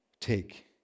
take